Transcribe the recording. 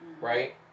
right